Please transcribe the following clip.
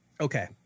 Okay